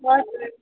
हजुर